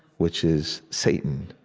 which is satan.